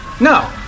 No